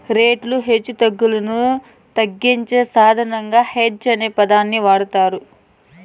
రేట్ల హెచ్చుతగ్గులను తగ్గించే సాధనంగా హెడ్జ్ అనే పదాన్ని వాడతారు